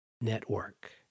Network